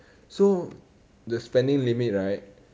so the spending limit right